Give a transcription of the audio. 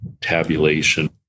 tabulation